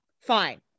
fine